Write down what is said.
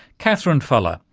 katherine fallah,